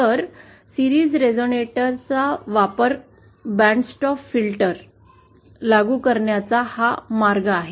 तर मालिका रेझोनेटर वापरुन बॅन्ड स्टॉप फिल्टर लागू करण्याचा हा मार्ग आहे